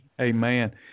Amen